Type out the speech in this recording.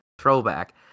throwback